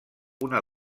una